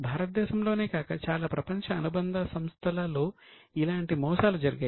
భారతదేశంలోనే కాక చాలా ప్రపంచ అనుబంధ సంస్థలలో ఇలాంటి మోసాలు జరిగాయి